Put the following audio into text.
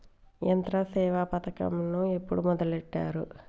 యంత్రసేవ పథకమును ఎప్పుడు మొదలెట్టారు?